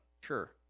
Sure